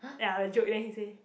ya I will joke then he say